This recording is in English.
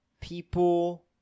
people